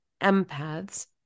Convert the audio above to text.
empaths